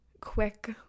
quick